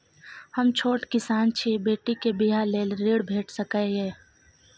हम छोट किसान छी, बेटी के बियाह लेल ऋण भेट सकै ये?